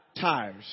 tires